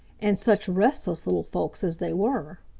and such restless little folks as they were!